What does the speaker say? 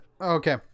Okay